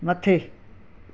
मथे